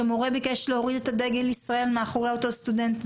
שמורה ביקש להוריד את דגל ישראל מאחורי אותו סטודנט.